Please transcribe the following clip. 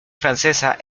francesa